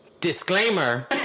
Disclaimer